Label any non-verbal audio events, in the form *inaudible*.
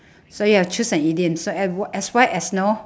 *breath* so you have choose a idioms so as w~ as white as snow